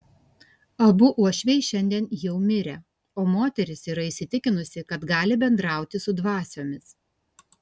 abu uošviai šiandien jau mirę o moteris yra įsitikinusi kad gali bendrauti su dvasiomis